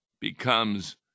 becomes